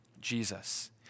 Jesus